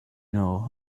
know